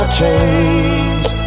chains